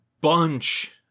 bunch